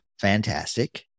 fantastic